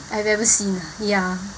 I've ever seen ya